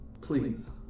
Please